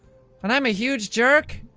and i'm a huge jerk?